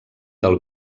del